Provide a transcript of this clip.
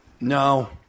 No